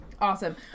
Awesome